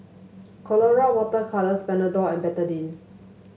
Colora Water Colours Panadol and Betadine